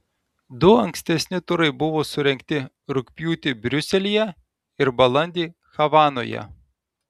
du ankstesni turai buvo surengti rugpjūtį briuselyje ir balandį havanoje